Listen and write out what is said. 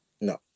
No